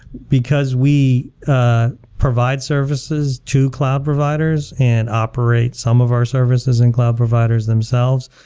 because we ah provide services to cloud providers and operate some of our services in cloud providers themselves.